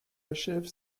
achève